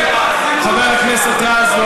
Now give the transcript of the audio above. חבר הכנסת רז.